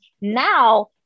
Now